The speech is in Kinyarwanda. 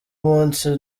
umunsi